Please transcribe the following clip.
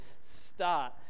start